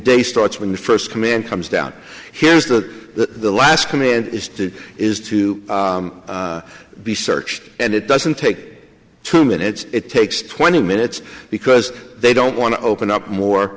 day starts when the first command comes down here is that the last command is to is to be searched and it doesn't take two minutes it takes twenty minutes because they don't want to open up more